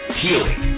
healing